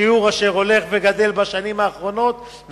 שיעור שהולך וגדל בשנים האחרונות,